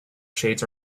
shades